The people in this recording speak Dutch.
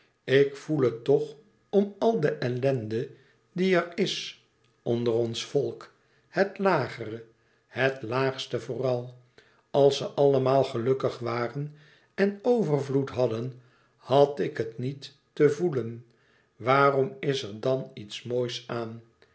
ik voel het toch om al de ellende die er is onder ons volk het lagere het laagste vooral als ze allemaal gelukkig waren en overvloed hadden had ik het niet te voelen waarom is er dan iets moois aan